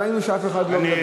ראינו שאף אחד לא מדבר,